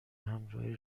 همراهی